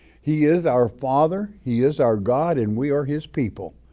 he is our father, he is our god and we are his people.